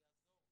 זה יעזור.